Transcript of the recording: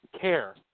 care